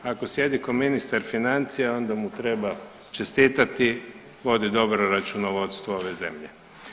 Ako sjedi kao ministar financija onda mu treba čestitati vodi dobro računovodstvo ove zemlje.